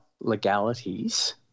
legalities